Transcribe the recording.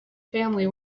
family